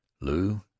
Lou